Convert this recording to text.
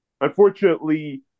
unfortunately